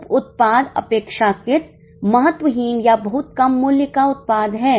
उप उत्पाद अपेक्षाकृत महत्वहीन या बहुत कम मूल्य का उत्पाद है